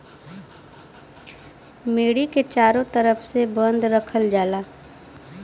मेड़ी के चारों तरफ से बंद रखल जाला